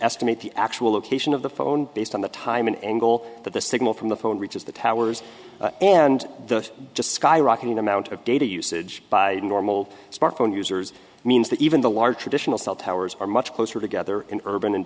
estimate the actual location of the phone based on the time an angle that the signal from the phone reaches the towers and the just skyrocketing amount of data usage by normal smartphone users means that even the large traditional cell towers are much closer together in urban